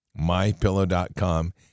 mypillow.com